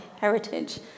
heritage